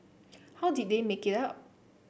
how did they make it up